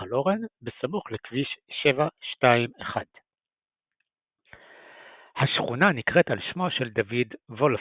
שבנחל אורן בסמוך לכביש 721. השכונה נקראת על שמו של דוד וולפסון.